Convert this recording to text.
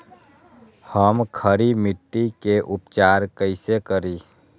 हम खड़ी मिट्टी के उपचार कईसे करी?